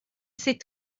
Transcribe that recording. ces